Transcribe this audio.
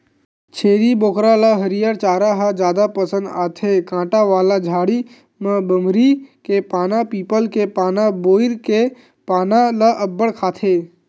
छेरी बोकरा ल हरियर चारा ह जादा पसंद आथे, कांटा वाला झाड़ी म बमरी के पाना, पीपल के पाना, बोइर के पाना ल अब्बड़ खाथे